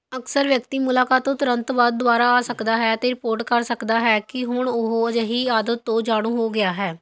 ਅਕਸਰ ਵਿਅਕਤੀ ਮੁਲਾਕਾਤ ਤੋਂ ਤੁਰੰਤ ਬਾਅਦ ਦੁਬਾਰਾ ਆ ਸਕਦਾ ਹੈ ਅਤੇ ਰਿਪੋਰਟ ਕਰ ਸਕਦਾ ਹੈ ਕਿ ਉਹ ਹੁਣ ਅਜਿਹੀ ਆਦਤ ਤੋਂ ਜਾਣੂ ਹੋ ਗਿਆ ਹੈ